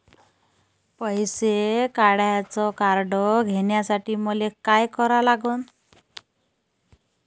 पैसा काढ्याचं कार्ड घेण्यासाठी मले काय करा लागन?